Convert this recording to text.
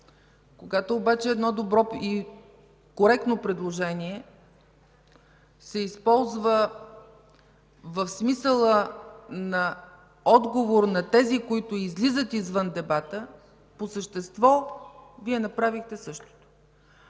Когато обаче едно добро и коректно предложение се използва в смисъла на отговор на тези, които излизат извън дебата, по същество Вие направихте същото.